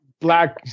black